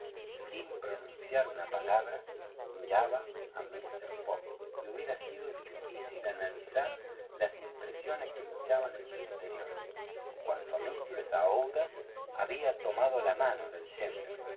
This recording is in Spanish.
sin pronunciar una palabra miraba a mister fogg y hubiera sido difícil analizar las impresiones que luchaban en su interior en cuanto a mistress aouida había tomado la mano del